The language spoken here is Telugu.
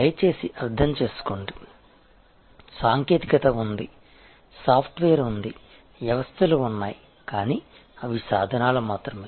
దయచేసి అర్థం చేసుకోండి సాంకేతికత ఉంది సాఫ్ట్వేర్ ఉంది వ్యవస్థలు ఉన్నాయి కానీ అవి సాధనాలు మాత్రమే